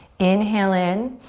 inhale in.